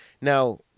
Now